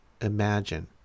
imagine